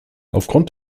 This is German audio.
aufgrund